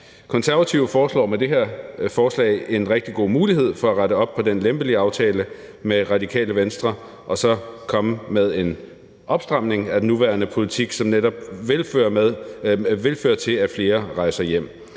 Konservative giver med det her forslag en rigtig god mulighed for at rette op på den lempelige aftale med Radikale Venstre og så komme med en opstramning af den nuværende politik, som netop vil føre til, at flere rejser hjem.